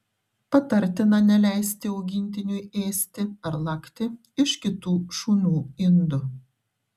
patartina neleisti augintiniui ėsti ar lakti iš kitų šunų indų